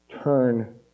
turn